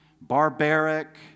barbaric